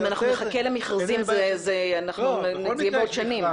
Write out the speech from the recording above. אם אנחנו נחכה למכרזים זה יהיה בעוד שנים.